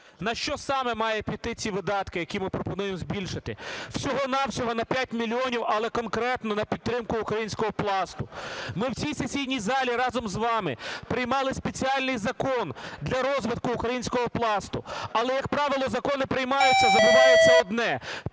На що саме мають піти ці видатки, які ми пропонуємо збільшити? Всього-на-всього 5 мільйонів, але конкретно на підтримку українського Пласту. Ми в цій сесійній залі разом з вами приймали спеціальний закон для розвитку українського Пласту. Але, як правило, закони приймаються і забувається одне –